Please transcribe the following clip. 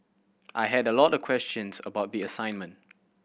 I had a lot of questions about the assignment